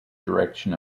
direction